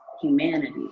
humanity